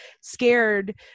scared